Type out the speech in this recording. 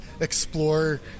explore